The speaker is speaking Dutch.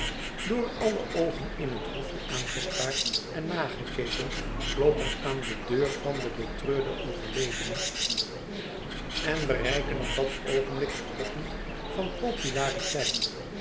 door alle oogen in het hofje aangestaard en nagekeken kloppen aan de deur van den betreurden overledene en bereiken op dat oogenblik hot toppunt van populariteit